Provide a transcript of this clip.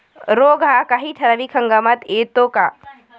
रोग हा काही ठराविक हंगामात येतो का?